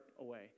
away